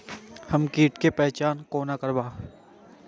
हम कीट के पहचान कोना करब?